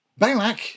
Balak